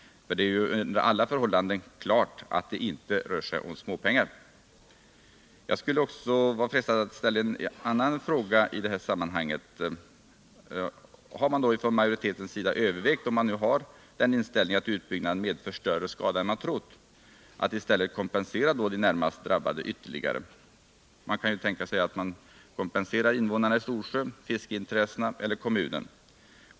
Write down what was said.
Det är väl under alla förhållanden klart att det inte rör sig om småpengar. Jag är i det här sammanhanget frestad att ställa en annan fråga: Har man från majoritetens sida övervägt — om man nu har inställningen att utbyggnaden medför större skada än man trott — att i stället kompensera de närmast drabbade ytterligare? Man kan ju tänka sig att kompensera invånarna i Storsjö, fiskeintressena eller kommunen.